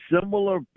similar